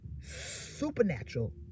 supernatural